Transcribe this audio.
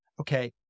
okay